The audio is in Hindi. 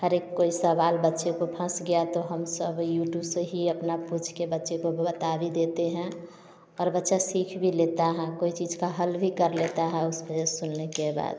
हर एक कोई सवाल बच्चे को फंस गया तो हम सब यूट्यूब से ही अपना पूछ के बच्चे को बता भी देते हैं पर बच्चा सीख भी लेता है कोई चीज का हल भी कर लेता है उस पर सुनने के बाद